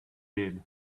did